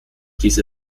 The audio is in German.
diese